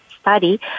study